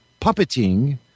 puppeting